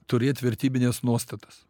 turėti vertybines nuostatas